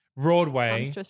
Broadway